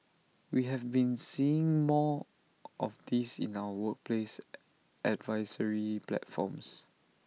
we have been seeing more of this in our workplace advisory platforms